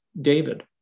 David